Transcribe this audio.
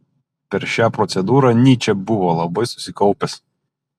per šią procedūrą nyčė buvo labai susikaupęs